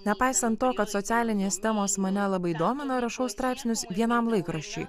nepaisant to kad socialinės temos mane labai domina rašau straipsnius vienam laikraščiui